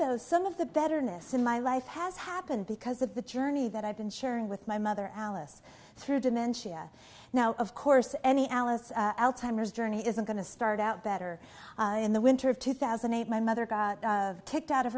though some of the betterness in my life has happened because of the journey that i've been sharing with my mother alice through dementia now of course any alice alzheimer's journey isn't going to start out better in the winter of two thousand and eight my mother got kicked out of